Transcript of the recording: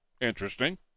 Interesting